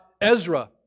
Ezra